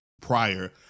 prior